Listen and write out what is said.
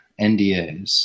NDAs